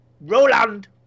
Roland